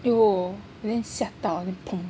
有 then 吓到